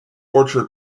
orchard